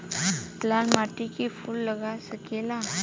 लाल माटी में फूल लाग सकेला?